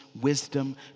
wisdom